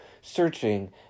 searching